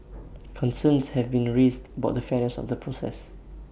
concerns have been raised about the fairness of the process